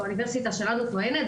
והאוניברסיטה שלנו טוענת,